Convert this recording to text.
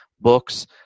books